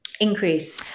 increase